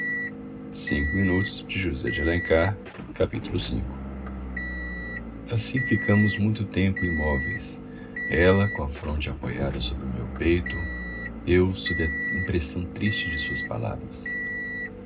de tosse assim ficamos muito tempo imóveis ela com a fronte apoiada sobre o meu peito eu sob a impressão triste de suas palavras